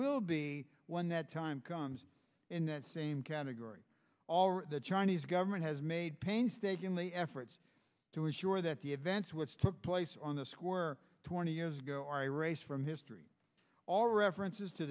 will be when that time comes in that same category all right the chinese government has made painstakingly efforts to ensure that the events which took place on the square twenty years ago i race from history all references to